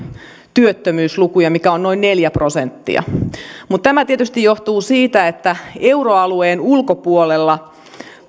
työttömyyslukuja mitkä ovat noin neljä prosenttia mutta tämä tietysti johtuu siitä että euroalueen ulkopuolella